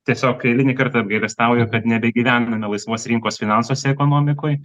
tiesiog eilinį kartą apgailestauju kad nebegyvename laisvos rinkos finansuose ekonomikoj